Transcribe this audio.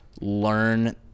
learn